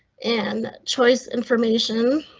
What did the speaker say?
an choice information?